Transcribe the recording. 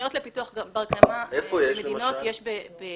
תוכניות לפיתוח בר קיימא במדינות יש --- איפה יש,